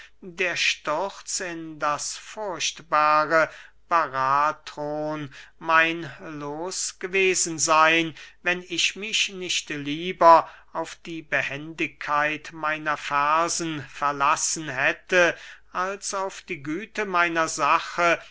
der sturz in das furchtbare barathron mein loos gewesen seyn wenn ich mich nicht lieber auf die behendigkeit meiner fersen verlassen hätte als auf die güte meiner sache